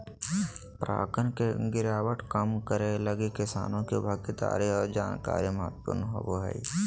परागण के गिरावट कम करैय लगी किसानों के भागीदारी और जानकारी महत्वपूर्ण होबो हइ